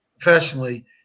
professionally